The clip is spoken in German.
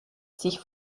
sich